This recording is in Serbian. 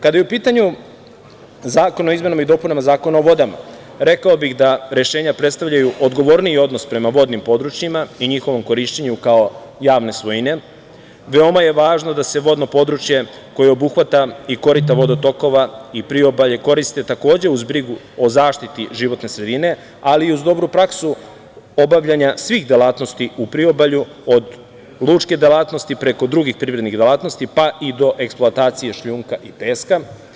Kada je u pitanju zakon o izmenama i dopunama Zakona o vodama, rekao bih da rešenja predstavljaju odgovorniji odnos prema vodnim područjima, i njihovom korišćenju kao javne svojine, veoma je važno da se vodno područje koje obuhvata i korita vodotokova i priobalje, koriste takođe uz brigu o zaštiti životne sredine, ali i uz dobru praksu obavljanja svih delatnosti u priobalju, od lučke delatnosti preko drugih privrednih delatnosti pa i do eksploatacije šljunka i peska.